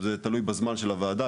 זה תלוי בזמן של הוועדה,